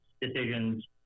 decisions